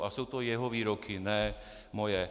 A jsou to jeho výroky, ne moje.